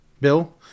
bill